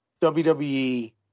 WWE